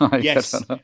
Yes